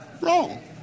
wrong